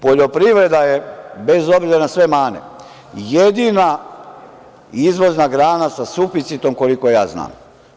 Poljoprivreda je, bez obzira na sve mane, jedina izvozna grana sa suficitom koliko ja znam.